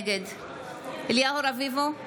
נגד אליהו רביבו,